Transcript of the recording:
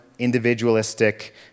individualistic